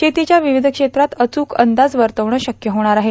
शेतीच्या र्वावध क्षेत्रात अचूक अंदाज वर्तावण शक्य होणार आहे